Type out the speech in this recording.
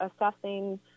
assessing